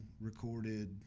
recorded